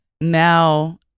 now